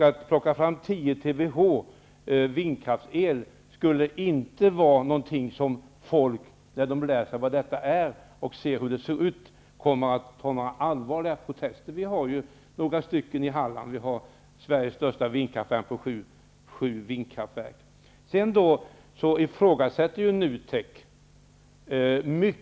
Att plocka fram 10 TWh vindkraftel skulle inte ge upphov till några allvarliga protester hos folk när de väl lär sig vad detta är och ser hur det ser ut. Vi har ju några stycken vindkraftverk i Halland. Vi har Sveriges största vindkraftpark på sju vindkraftverk.